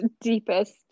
deepest